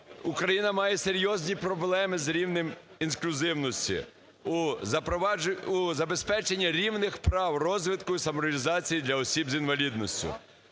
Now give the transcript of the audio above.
Україна має серйозні проблеми з рівнемінклюзивності у забезпечення рівних прав розвитку і самореалізації для осіб з інвалідністю.